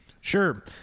Sure